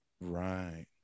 Right